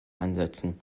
ansetzen